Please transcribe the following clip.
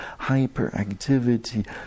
hyperactivity